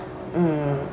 mm